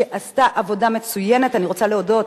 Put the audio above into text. שעשתה עבודה מצוינת, אני רוצה להודות